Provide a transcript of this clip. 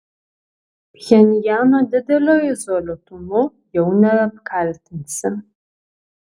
pchenjano dideliu izoliuotumu jau neapkaltinsi